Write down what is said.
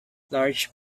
large